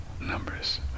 numbers